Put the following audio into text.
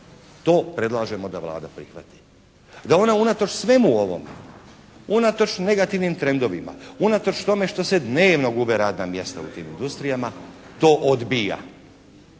To predlažemo da Vlada prihvati. Da ona unatoč svemu ovome, unatoč negativnim trendovima, unatoč tome što se dnevno gube radna mjesta u tim industrijama to odbija,